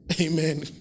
Amen